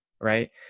right